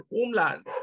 homelands